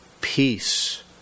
Peace